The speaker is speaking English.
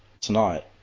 tonight